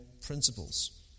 principles